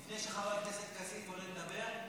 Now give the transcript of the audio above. לפני שחבר הכנסת כסיף עולה לדבר,